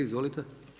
Izvolite.